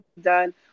done